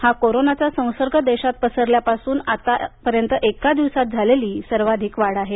हा कोरोनाचा संसर्ग देशात पसरल्यापासून आतापर्यंत एका दिवसात झालेली सर्वाधिक वाढ आहे